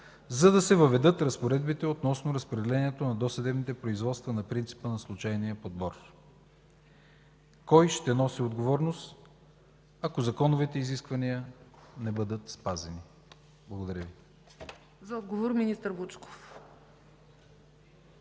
за да се въведат разпоредбите относно разпределението на досъдебните производства на принципа на случайния подбор? Кой ще носи отговорност, ако законовите изисквания не бъдат спазени? Благодаря Ви. ПРЕДСЕДАТЕЛ ЦЕЦКА